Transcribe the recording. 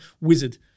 wizard